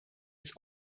als